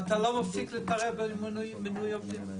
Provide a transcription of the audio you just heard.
המשרד לא מפסיק להתערב במינוי עובדים.